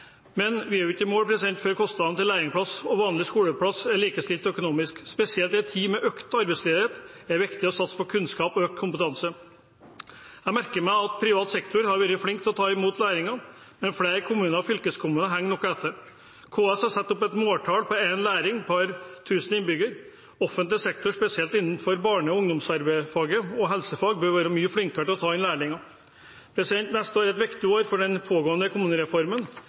Men vi er ikke i mål før kostnadene til lærlingplass og vanlig skoleplass er likestilt økonomisk. Spesielt i en tid med økt arbeidsledighet er det viktig å satse på kunnskap og økt kompetanse. Jeg merker meg at privat sektor har vært flink til å ta imot lærlinger, men flere kommuner og fylkeskommuner henger noe etter. KS har satt opp et måltall på én lærling per 1 000 innbygger. Offentlig sektor, spesielt innenfor barne- og ungdomsarbeiderfaget og helsefag, bør være mye flinkere til å ta inn lærlinger. Neste år er et viktig år for den pågående kommunereformen.